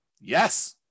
yes